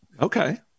Okay